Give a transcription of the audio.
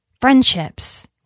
Friendships